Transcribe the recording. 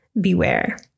beware